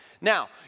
Now